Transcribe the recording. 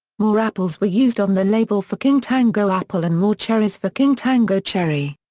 more apples were used on the label for king tango apple and more cherries for king tango cherry.